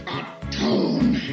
atone